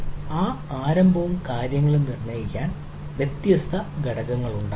ആ ആരംഭവും കാര്യങ്ങളും നിർണ്ണയിക്കാൻ വ്യത്യസ്ത ഘടകങ്ങളുണ്ടാകാം